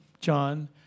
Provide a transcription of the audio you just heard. John